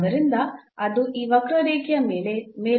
ಆದ್ದರಿಂದ ಅದು ಈ ವಕ್ರರೇಖೆಯ ಮೇಲಿನ ಮೌಲ್ಯ